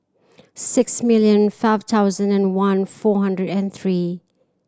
six million five thousand and one four hundred and three